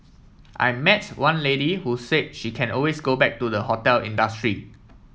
I met one lady who say she can always go back to the hotel industry